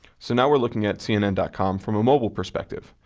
so now, we're looking at cnn dot com from a mobile perspective.